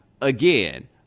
again